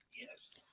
Yes